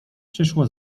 przyszło